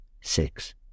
six